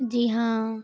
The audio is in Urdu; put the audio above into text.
جی ہاں